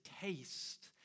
taste